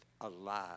alive